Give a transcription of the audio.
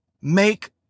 make